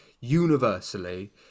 universally